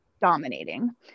dominating